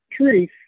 truth